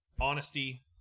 honesty